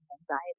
anxiety